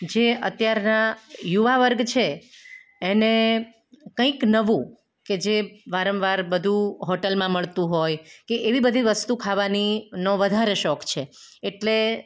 જે અત્યારના યુવા વર્ગ છે એને કંઈક નવું કે જે વારંવાર બધું હોટલમાં મળતું હોય કે એવી બધી વસ્તુ ખાવાની નો વધારે શોખ છે એટલે